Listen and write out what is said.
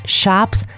shops